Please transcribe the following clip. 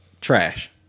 trash